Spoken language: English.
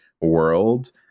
world